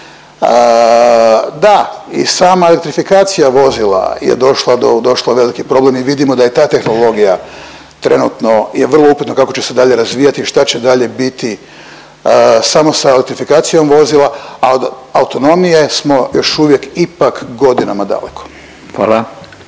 Da, i sama elektrifikacija vozila je došla u veliki problem i vidimo da je i ta tehnologija trenutno je vrlo upitno kako će se dalje razvijati šta će dalje biti samo sa elektrifikacijom vozila, a od autonomije smo još uvijek ipak godinama daleko.